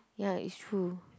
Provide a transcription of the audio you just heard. ya it's true